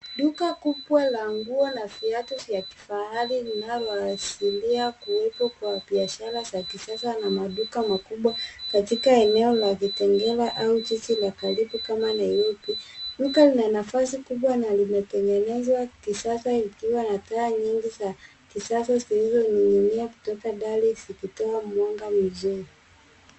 Duka kubwa la nguo na viatu vya kifahari linaloashiria kuwepo kwa biashara za kisasa na maduka makubwa katika eneo la kitengela au jiji la karibu kama Nairobi. Duka lina nafasi kubwa na limetegezwa kisasa likiwa na taa nyingi za kisasa zilizoning'inia kutoka dari zikitoa mwanga mzuri.